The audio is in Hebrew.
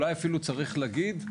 אולי אפילו צריך להגיד,